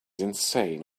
insane